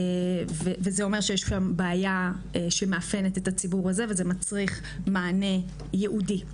וזה אומר שיש שם בעיה שמאפיינת את הציבור הזה וזה מצריך מענה ייעודי.